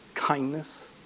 kindness